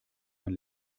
mein